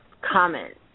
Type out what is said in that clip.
comment